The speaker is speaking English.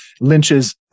lynch's